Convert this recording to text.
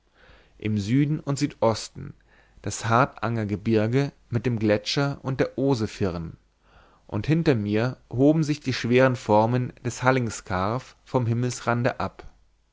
im süden und südosten das hardangergebirge mit dem gletscher und der osefirn und hinter mir hoben sich die schweren formen des hallingskarv vom himmelsrande ab